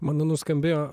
mano nuskambėjo